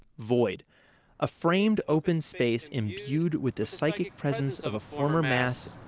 void a framed open space imbued with the psychic presence of a former mass,